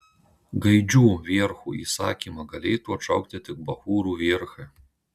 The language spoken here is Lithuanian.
gaidžių vierchų įsakymą galėtų atšaukti tik bachūrų vierchai